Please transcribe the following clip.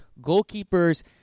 goalkeepers